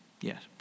Yes